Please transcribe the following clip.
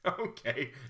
Okay